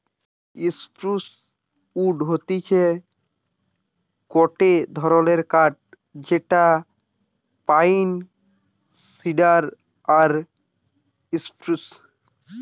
spruce wood হতিছে গটে ধরণের কাঠ যেটা পাইন, সিডার আর স্প্রুস